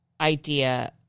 idea